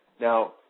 Now